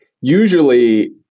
usually